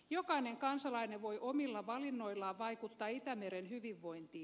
jokainen kansalainen voi omilla valinnoillaan vaikuttaa itämeren hyvinvointiin